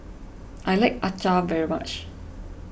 I like Acar very much